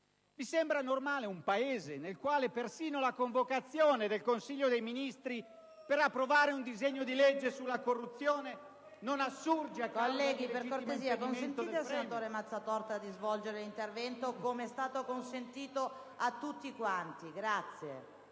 Vi sembra normale un Paese nel quale perfino la convocazione del Consiglio dei ministri per approvare un disegno di legge sulla corruzione non assurge a causa di legittimo impedimento